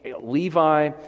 Levi